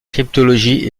cryptologie